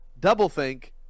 doublethink